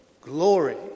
glory